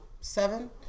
Seven